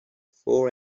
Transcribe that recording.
four